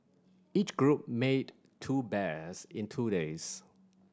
each group made two bears in two days